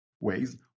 ways